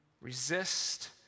resist